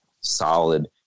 solid